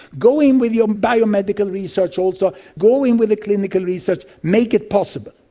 go in with your biomedical research also, go in with the clinical research, make it possible.